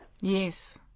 Yes